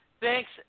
thanks